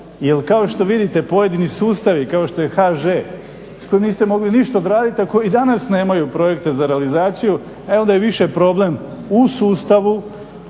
jer kao što vidite pojedini sustavi kao što je HŽ s kojim niste mogli ništa odradit, a koji i danas nemaju projekte za realizaciju e onda je više problem u sustavu